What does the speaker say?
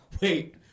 Wait